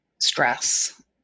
stress